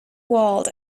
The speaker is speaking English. walled